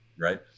right